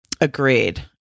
Agreed